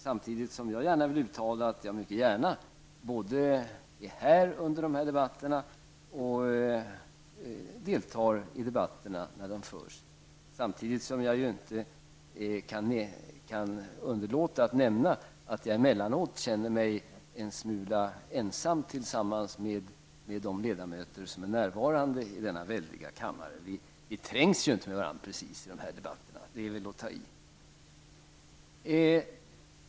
Samtidigt vill jag uttala att jag gärna både är här under dessa debatter och deltar i dem. Jag kan dock inte underlåta att nämna att jag emellanåt känner mig en smula ensam tillsammans med de få ledamöter som är närvarande i denna väldiga kammare. Vi trängs ju inte precis med varandra när vi för dessa debatter.